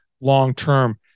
long-term